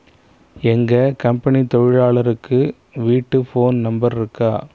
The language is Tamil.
எங்கள் கம்பெனி தொழிலாளருக்கு வீட்டு ஃபோன் நம்பர் இருக்கா